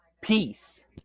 Peace